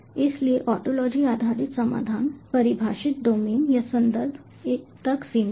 इसलिए ओंटोलॉजी आधारित समाधान परिभाषित डोमेन या संदर्भ तक सीमित है